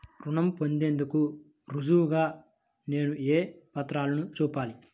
రుణం పొందేందుకు రుజువుగా నేను ఏ పత్రాలను చూపాలి?